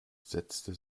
setzte